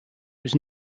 was